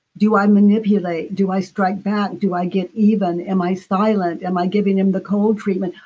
do i manipulate? do i strike back? do i get even? am i silent? am i giving him the cold treatment?